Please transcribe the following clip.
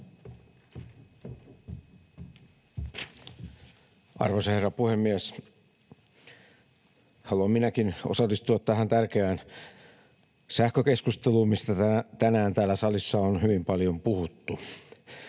Arvoisa herra puhemies! Haluan minäkin osallistua tähän tärkeään sähkökeskusteluun, mitä tänään täällä salissa on hyvin paljon puhuttu.